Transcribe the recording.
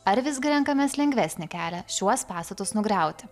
ar visgi renkamės lengvesnį kelią šiuos pastatus nugriauti